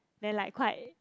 then like quite